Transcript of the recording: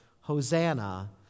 Hosanna